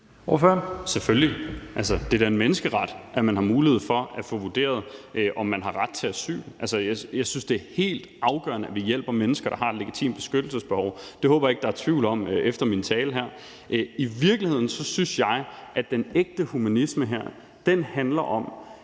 Selvfølgelig. Det er da en menneskeret, at man har mulighed for at få vurderet, om man har ret til asyl. Altså, jeg synes, det er helt afgørende, at vi hjælper mennesker, der har et legitimt beskyttelsesbehov. Det håber jeg ikke der er tvivl om efter min tale her. I virkeligheden synes jeg at den ægte humanisme her handler om